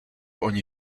oni